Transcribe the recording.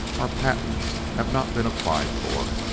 our patents have not been applied for.